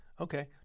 Okay